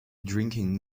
drinking